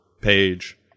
page